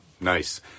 nice